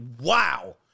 wow